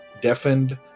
deafened